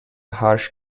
harsh